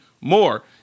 more